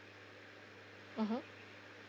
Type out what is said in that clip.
mmhmm